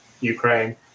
Ukraine